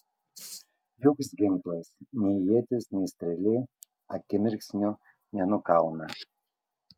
joks ginklas nei ietis nei strėlė akimirksniu nenukauna